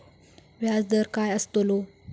व्याज दर काय आस्तलो?